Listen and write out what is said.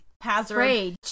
hazard